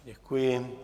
Děkuji.